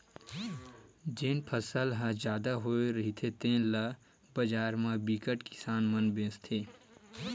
जेन फसल ह जादा होए रहिथे तेन ल बजार म बिकट किसान मन बेचथे